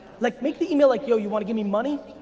like make the email like, yo, you wanna give me money?